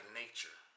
nature